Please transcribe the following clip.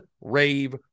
rave